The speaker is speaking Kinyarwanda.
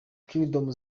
kingdom